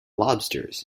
lobsters